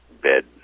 bed